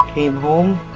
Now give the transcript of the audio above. came home,